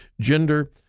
gender